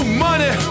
money